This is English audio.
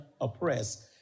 oppressed